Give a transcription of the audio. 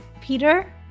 Peter